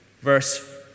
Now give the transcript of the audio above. verse